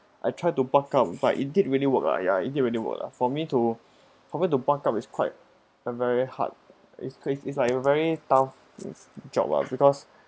I tried to buck up but it didn't really work lah ya it didn't really work lah for me to for me to buck up is quite a very hard it's craze it's like very tough job lah because